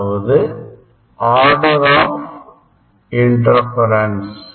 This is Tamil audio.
அதாவது ஆடர் ஆப் interference